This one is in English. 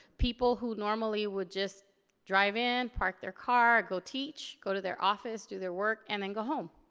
people who normally would just drive in, park their car, go teach, go to their office, do their work and then go home.